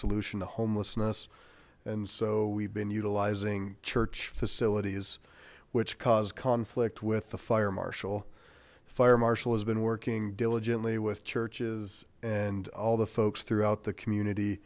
solution to homelessness and so we've been utilizing church facilities which cause conflict with the fire marshal fire marshal has been working diligently with churches and all the folks throughout the community